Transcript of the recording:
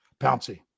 Pouncy